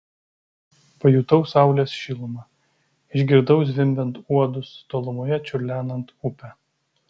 pajutau saulės šilumą išgirdau zvimbiant uodus tolumoje čiurlenant upę